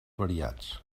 variats